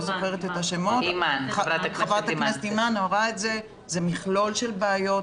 זה מכלול של בעיות.